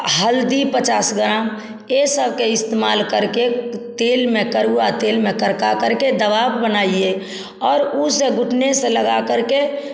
हल्दी पचास ग्राम ये सब के इस्तेमाल करके तेल में कड़वा तेल में करका करके दवा बनाइए और उस घुटने से लगाकर के